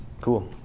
Cool